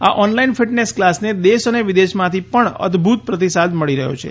આ online fitness ક્લાસને દેશ અને વિદેશમાંથી પણ અદ્દભુત પ્રતિસાદ મળી રહ્યો છે